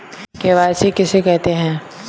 KYC किसे कहते हैं?